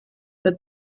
that